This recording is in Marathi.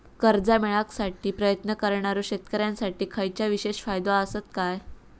कर्जा मेळाकसाठी प्रयत्न करणारो शेतकऱ्यांसाठी खयच्या विशेष फायदो असात काय?